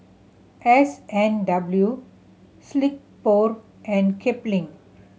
S and W Silkpro and Kipling